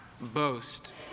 boast